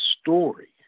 story